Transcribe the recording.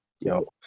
yo